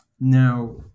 now